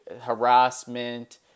harassment